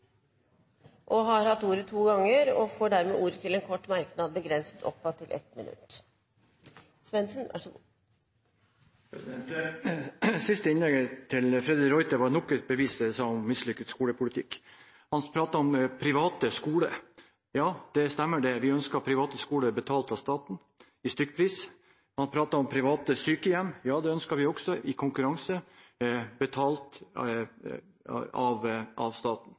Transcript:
har hatt ordet to ganger tidligere og får ordet til en kort merknad, begrenset til 1 minutt. Det siste innlegget til Freddy de Ruiter er nok et bevis på en mislykket skolepolitikk. Han snakket om private skoler. Ja, det stemmer: Vi ønsker private skoler betalt av staten – stykkpris. Han snakket om private sykehjem. Ja, det ønsker vi også – i konkurranse og betalt av staten.